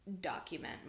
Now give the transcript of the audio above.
document